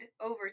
over